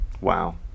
Wow